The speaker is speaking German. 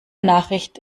nachricht